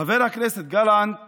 חבר הכנסת גלנט